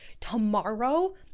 tomorrow